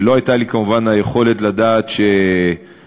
לא הייתה לי כמובן היכולת לדעת שהיא,